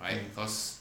mm